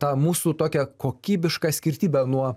tą mūsų tokią kokybišką skirtybę nuo